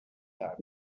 that